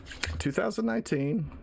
2019